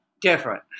different